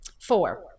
Four